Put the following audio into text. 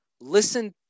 Listen